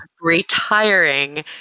retiring